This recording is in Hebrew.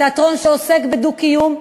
תיאטרון שעוסק בדו-קיום,